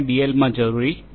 એલમાં જરૂરી નથી